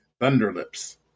Thunderlips